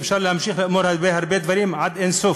ואפשר להמשיך לומר הרבה דברים עד אין-סוף.